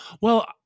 Well-